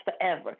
forever